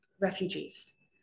refugees